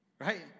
Right